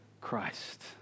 Christ